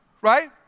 right